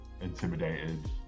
intimidated